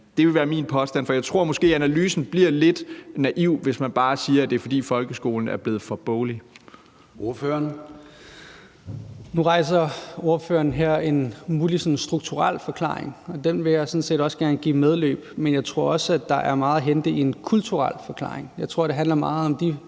Det ville være min påstand, for jeg tror måske, at analysen bliver lidt naiv, hvis man bare siger, at det er, fordi folkeskolen er blevet for boglig. Kl. 14:30 Formanden (Søren Gade): Ordføreren. Kl. 14:30 Rasmus Lund-Nielsen (M): Nu rejser ordføreren her muligheden for en strukturel forklaring, og den vil jeg sådan set også gerne give medløb, men jeg tror også, at der er meget at hente i en kulturel forklaring. Jeg tror, det handler meget om de